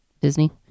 Disney